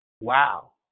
Wow